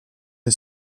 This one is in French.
est